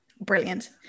brilliant